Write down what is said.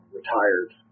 retired